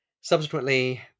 subsequently